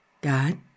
God